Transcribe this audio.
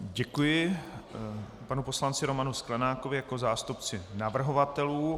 Děkuji panu poslanci Romanu Sklenákovi jako zástupci navrhovatelů.